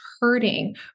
hurting